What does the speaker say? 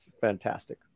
fantastic